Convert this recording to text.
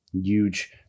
Huge